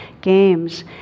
games